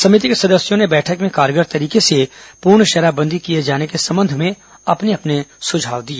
समिति के सदस्यों ने बैठक में कारगर तरीके से पूर्ण शराबबंदी किए जाने के सम्बंध में अपने अपने सुझाव दिए